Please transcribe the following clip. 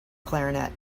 clarinet